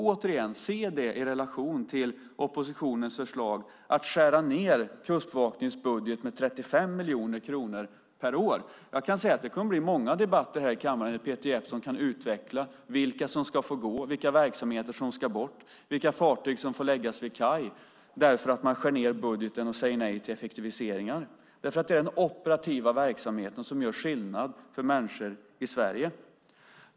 Återigen: Detta ska ses i relation till oppositionens förslag som handlar om att skära ned Kustbevakningens budget med 35 miljoner kronor per år. Jag kan säga att det kommer att bli många debatter i kammaren där Peter Jeppsson kan utveckla vilka som får gå, vilka verksamhet som ska bort, vilka fartyg som får läggas vid kaj, eftersom man skär ned budgeten och säger nej till effektiviseringar. Det är den operativa verksamheten som gör skillnad för människor i Sverige.